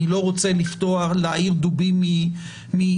אני לא רוצה להעיר דובים מרבצם.